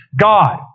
God